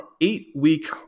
eight-week